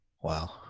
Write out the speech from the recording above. Wow